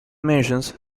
missions